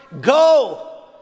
Go